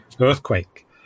earthquake